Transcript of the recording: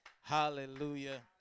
Hallelujah